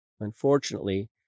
Unfortunately